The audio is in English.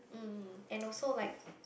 mm and also like